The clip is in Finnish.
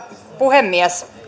puhemies